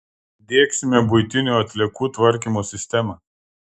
diegsime buitinių atliekų tvarkymo sistemą